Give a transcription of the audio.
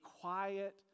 quiet